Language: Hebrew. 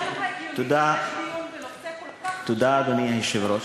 נראה לך הגיוני שיש דיון בנושא כל כך חשוב במקביל לדיוני ועדות?